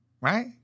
right